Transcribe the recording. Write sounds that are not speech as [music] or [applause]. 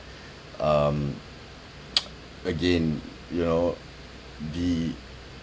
um [noise] again you know the